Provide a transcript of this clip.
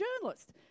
journalist